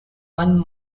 one